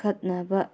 ꯈꯠꯅꯕ